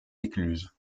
écluse